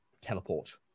teleport